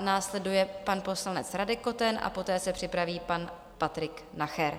Následuje pan poslanec Radek Koten a poté se připraví pan Patrik Nacher.